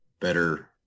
better